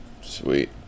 sweet